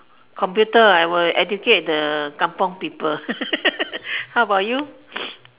computer I will educate the kampong people how about you